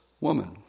woman